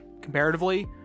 comparatively